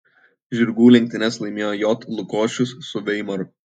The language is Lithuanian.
žirgų lenktynes laimėjo j lukošius su veimaru